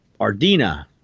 Ardina